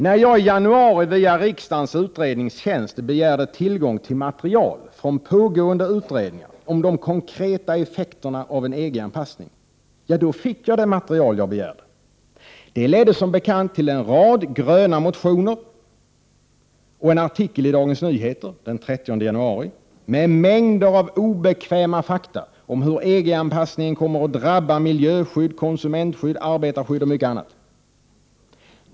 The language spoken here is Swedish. När jag i januari via riksdagens utredningstjänst begärde tillgång till material från pågående utredningar om de konkreta effekterna av en EG-anpassning fick jag det material jag begärde. Det ledde som bekant till en rad gröna motioner och till en artikel i Dagens Nyheter den 30 januari, med en mängd av obekväma fakta om hur EG-anpassningen kommer att drabba miljöskydd, konsumentskydd, arbetarskydd och mycket annat.